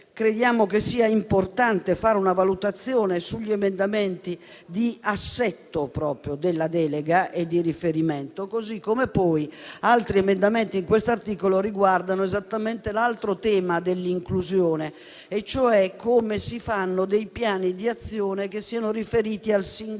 crediamo che sia importante fare una valutazione sugli emendamenti di assetto della delega e di riferimento. Altri emendamenti a questo articolo riguardano l'altro tema relativo all'inclusione, cioè come si fanno dei piani di azione che siano riferiti al singolo